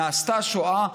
נעשתה שואה,